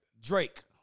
Drake